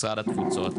משרד התפוצות.